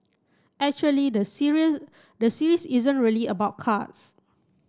actually the series the series isn't really about cards